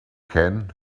can